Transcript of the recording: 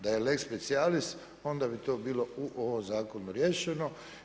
Da je lex specijalist, onda bi to bilo u ovome zakonu riješeno.